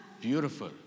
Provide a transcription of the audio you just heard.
Beautiful